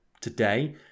today